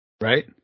right